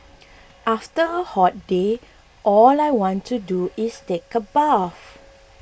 after a hot day all I want to do is take a bath